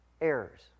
errors